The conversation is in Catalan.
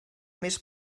més